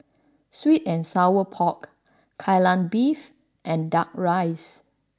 Sweet and Sour Pork Kai Lan Beef and Duck Rice